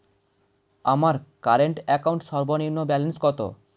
আমার current account সর্বনিম্ন balance কত?